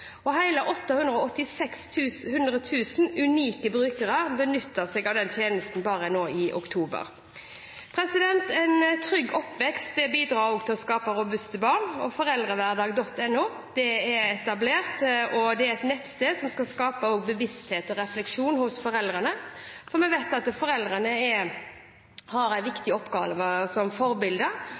886 000 unike brukere benyttet seg av den tjenesten bare i oktober. En trygg oppvekst bidrar til å skape robuste barn. Foreldrehverdag.no er etablert, og det er et nettsted som skal skape bevissthet og refleksjon hos foreldrene. Foreldrene har en viktig oppgave som forbilder